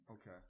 Okay